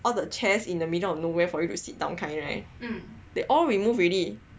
all the chairs in the middle of nowhere for you to sit down kind right they all removed already